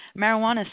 marijuana